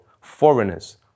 foreigners